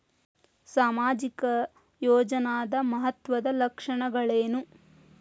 ಸಾಮಾಜಿಕ ಯೋಜನಾದ ಮಹತ್ವದ್ದ ಲಕ್ಷಣಗಳೇನು?